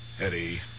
Eddie